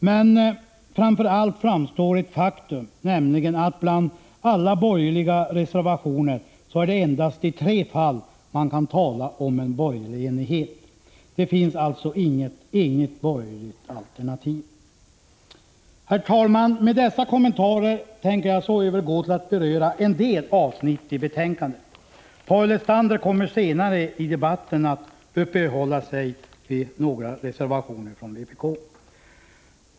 Men framför allt visar det faktum — nämligen att bland alla borgerliga reservationer kan man endast i tre fall tala om en borgerlig enighet. Det finns alltså inget enhälligt borgligt alternativ. Herr talman! Med dessa kommentarer tänker jag övergå till att beröra en del avsnitt i betänkandet. Paul Lestander kommer senare i debatten att uppehålla sig vid några reservationer från vpk.